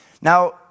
Now